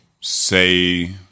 say